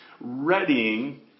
readying